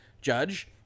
Judge